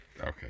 okay